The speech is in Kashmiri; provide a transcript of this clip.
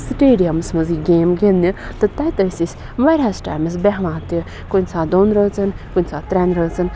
سِٹیڈیَمَس منٛز یہِ گیم گِنٛدنہِ تہٕ تَتہِ ٲسۍ أسۍ واریاہَس ٹایمَس بیٚہوان تہِ کُنہِ ساتہٕ دۄن رٲژن کُنہِ ساتہٕ ترٛٮ۪ن رٲژَن